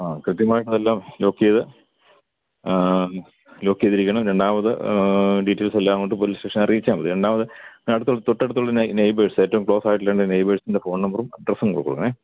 ആ കൃത്യമായിട്ട് അതെല്ലാം ലോക്ക് ചെയ്തു ലോക്ക് ചെയ്തിരിക്കണം രണ്ടാമത് ഡീറ്റെയിൽസ് എല്ലാം കൊണ്ട് പോലീസ് സ്റ്റേഷനിൽ അറിയിച്ചാൽ മതി രണ്ടാമത് അടുത്ത് തൊട്ടടുത്തുള്ള നേയ്ബേഴ്സ്സ് ഏറ്റവും ക്ലോസായിട്ടുള്ള രണ്ട് നേയ്ബേഴ്സിന്റെ ഫോൺ നമ്പറും അഡ്രസ്സും കൂടി കൊടുക്കണേ